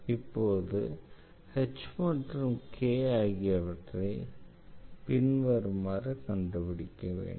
இப்போது h மற்றும் k ஆகியவற்றை பின்வருமாறு கண்டுபிடிக்க வேண்டும்